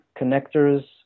connectors